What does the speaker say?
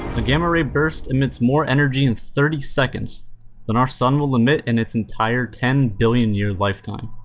a gamma-ray burst emits more energy in thirty seconds then our sun will emit in its entire ten billion year lifetime.